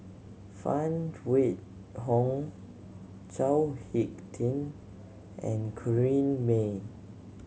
Phan Wait Hong Chao Hick Tin and Corrinne May